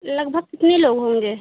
लगभग कितने लोग होंगे